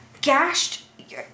gashed